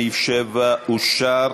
סעיפים 6 ו-7 אושרו